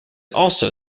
also